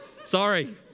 sorry